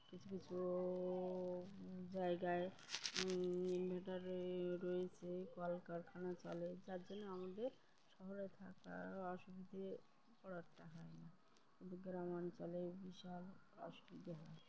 কিছু কিছু জায়গায় ইনভার্টার রয়ে রয়েছে কলকারখানা চলে যার জন্য আমাদের শহরে থাকা অসুবিধে খুব একটা হয় না কিন্তু গ্রামাঞ্চলে বিশাল অসুবিধে হয়